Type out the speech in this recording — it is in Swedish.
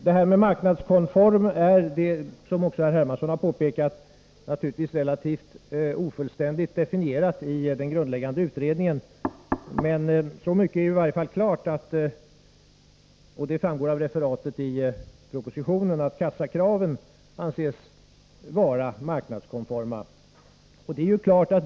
Begreppet marknadskonformitet är — som också herr Hermansson har påpekat — naturligtvis relativt ofullständigt definierat i den grundläggande utredningen, men så mycket är i varje fall klart, vilket framgår av referatet i propositionen, att kassakraven anses vara marknadskonforma.